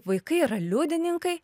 vaikai yra liudininkai